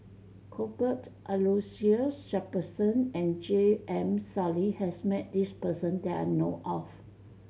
Cuthbert Aloysius Shepherdson and J M Sali has met this person that I know of